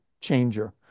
changer